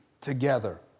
together